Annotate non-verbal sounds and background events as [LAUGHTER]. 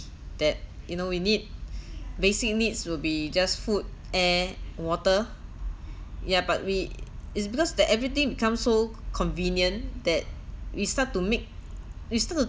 that you know we need [BREATH] basic needs will be just food air water ya but we it's because that everything become so convenient that we start to make we still